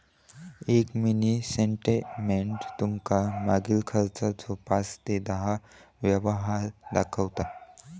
एक mini statement तुमका मागील खर्चाचो पाच ते दहा व्यवहार दाखवता